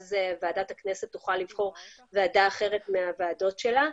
ואז ועדת הכנסת תוכל לבחור ועדה אחרת מהוועדות שלה.